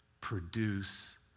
produce